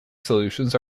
solutions